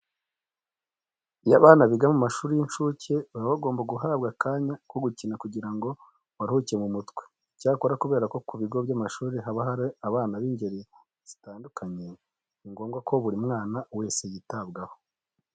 Iyo abana biga mu mashuri y'incuke baba bagomba guhabwa akanya ko gukina kugira ngo baruhuke mu mutwe. Icyakora kubera ko ku bigo by'amashuri haba hari abana b'ingeri zitandukanye, ni ngombwa ko buri mwana wese yitabwaho.